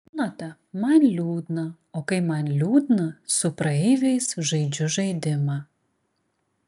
žinote man liūdna o kai man liūdna su praeiviais žaidžiu žaidimą